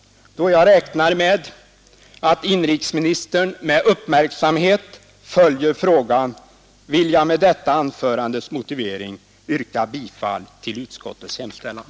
Då jag räknar med att inrikesministern med uppmärksamhet följer frågan vill jag med motiveringarna i detta anförande yrka bifall till utskottets hemställan.